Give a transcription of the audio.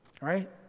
right